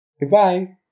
Goodbye